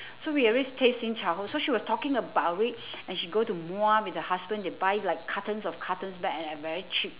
so we always taste 新潮 so she was talking about it and she go to muar with her husband they buy like cartons of cartons back and and very cheap